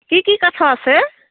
কি কি কাঠৰ আছে